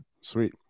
Sweet